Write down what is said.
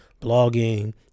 blogging